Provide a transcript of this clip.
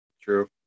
True